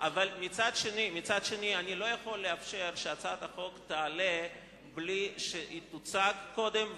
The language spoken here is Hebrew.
אבל מצד שני אני לא יכול לאפשר שהצעת החוק תעלה בלי שהיא תוצג קודם,